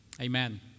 Amen